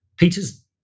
Peter's